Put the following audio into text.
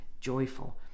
joyful